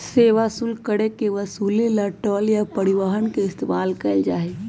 सेवा शुल्क कर के वसूले ला टोल या परिवहन के इस्तेमाल कइल जाहई